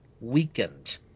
weakened